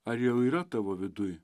ar jau yra tavo viduj